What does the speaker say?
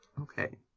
Okay